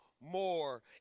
more